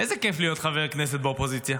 איזה כיף להיות חבר הכנסת באופוזיציה,